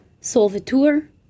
Solvitur